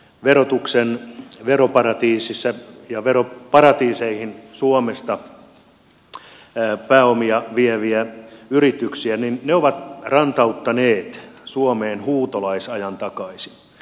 voisi sanoa että veroparatiiseihin suomesta pääomia vievät yritykset ovat rantauttaneet suomeen huutolaisajan takaisin